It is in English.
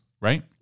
right